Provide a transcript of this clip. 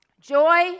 joy